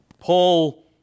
Paul